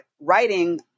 writing